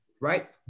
right